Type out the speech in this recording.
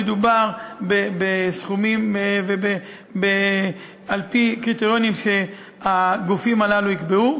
מדובר בסכומים על-פי קריטריונים שהגופים הללו יקבעו,